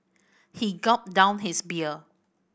he gulped down his beer